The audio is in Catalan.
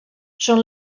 són